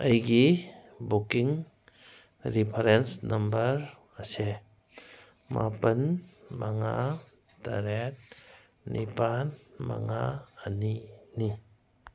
ꯑꯩꯒꯤ booking reference number ꯑꯁꯦ ꯃꯥꯄꯜ ꯃꯉꯥ ꯇꯔꯦꯠ ꯅꯤꯄꯥꯜ ꯃꯉꯥ ꯑꯅꯤꯅꯤ